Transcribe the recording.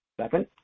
Second